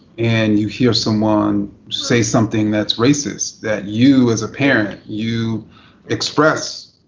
and you hear someone say something that's racist, that you as a parent, you express